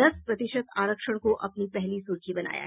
दस प्रतिशत आरक्षण को अपनी पहली सुर्खी बनाया है